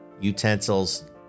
utensils